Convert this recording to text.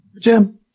Jim